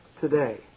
today